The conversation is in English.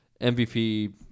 MVP